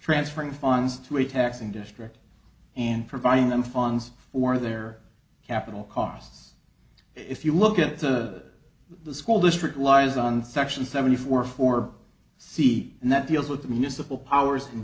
transferring funds to a texan district and providing them funds for their capital costs if you look at the the school district laws on section seventy four for c and that deals with the municipal powers